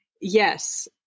Yes